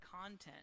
content